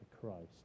Christ